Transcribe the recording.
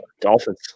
Dolphins